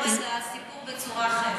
צריך לפתור את הסיפור בצורה אחרת.